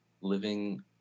living